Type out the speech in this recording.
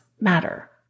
matter